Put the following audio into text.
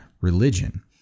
religion